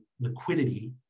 liquidity